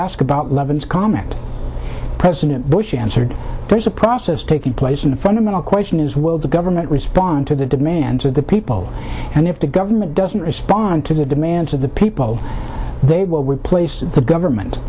asked about levin's comment president bush answered there's a process taking place in the fundamental question is will the government respond to the demands of the people and if the government doesn't respond to the demands of the people they will replace the government